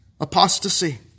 Apostasy